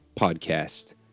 podcast